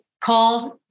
called